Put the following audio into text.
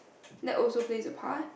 that also plays a part